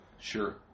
Sure